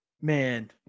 Man